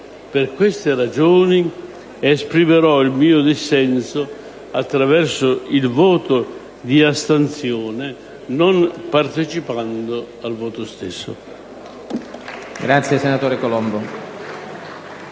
Per queste ragioni, esprimerò il mio dissenso attraverso il voto di astensione, non partecipando al voto stesso.